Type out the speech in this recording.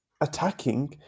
attacking